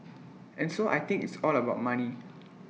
and so I think it's all about money